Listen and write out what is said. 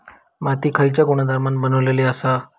माती खयच्या गुणधर्मान बनलेली असता?